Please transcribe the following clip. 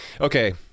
Okay